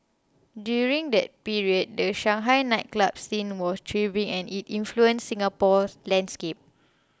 during that period the Shanghai nightclub scene was thriving and it influenced Singapore's landscape